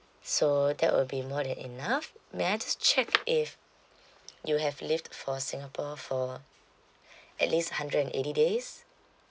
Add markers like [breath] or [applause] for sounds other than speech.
so that will be more than enough may I just check if you have lived for singapore for [breath] at least hundred and eighty days